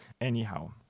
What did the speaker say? Anyhow